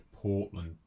Portland